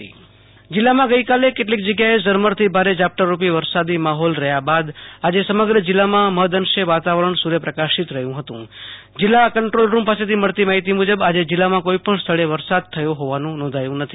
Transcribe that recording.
આશુ તોષ Antani Kutch હવામાન જીલ્લામાં ગઈકાલે કેટલીક જગ્યાએ ઝરમરથી ભારે ઝાપટારૂપી વરસાદી માહોલ રહ્યા બાદ આજે સમગ્ર જીલ્લામાં મહંદઅંશે વાતાવરણ સુ ર્યપ્રકાશીત રહ્યુ હતું જીલ્લા કંન્દ્રોલરૂમ પાસેથી મળતી માહિતી મુજબ આજે જીલ્લામાં કોઈપણ સ્થળે વરસાદ થયો હોવાનું નોંધાયુ નથી